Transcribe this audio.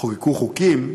חוקקו חוקים,